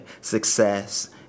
success